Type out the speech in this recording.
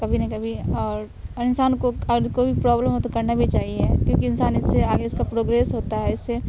کبھی نہ کبھی اور انسان کو اگر کوئی بھی پرابلم ہو تو کرنا بھی چاہیے کیونکہ انسان اس سے آگے اس کا پروگرریس ہوتا ہے اس سے